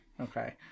Okay